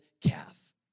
calf